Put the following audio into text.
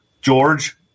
george